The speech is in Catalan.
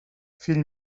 fill